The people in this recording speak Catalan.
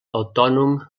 autònom